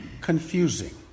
confusing